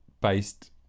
based